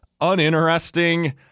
uninteresting